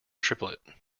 triplet